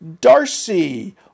Darcy